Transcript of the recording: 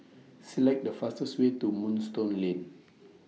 Select The fastest Way to Moonstone Lane